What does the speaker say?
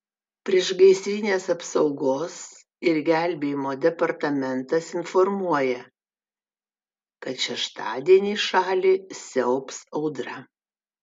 priešgaisrinės apsaugos ir gelbėjimo departamentas informuoja kad šeštadienį šalį siaubs audra